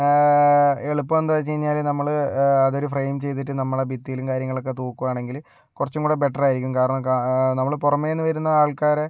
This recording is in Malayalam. എളുപ്പം എന്താന്ന് വെച്ച് കഴിഞ്ഞാല് നമ്മള് അതൊരു ഫ്രെയിം ചെയ്തിട്ട് നമ്മളുടെ ഭിത്തിയിലും കാര്യങ്ങളൊക്കെ തൂക്കുവാണെങ്കില് കുറച്ചും കൂടെ ബെറ്ററായിരിക്കും കാരണം നമ്മള് പുറമെ നിന്ന് വരുന്ന ആൾക്കാരെ